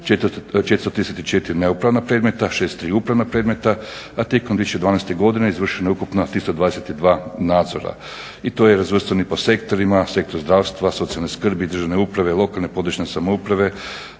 434 neupravna predmeta, 63 upravna predmeta, a tijekom 2012. godine izvršeno je ukupno 322 nadzora i to je razvrstano po sektorima, sektor zdravstva, socijalne skrbi, državne uprave, lokalne i područne samouprave,